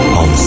on